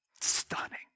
Stunning